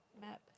map